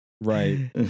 right